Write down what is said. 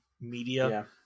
media